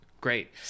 Great